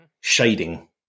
shading